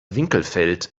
winkelfeld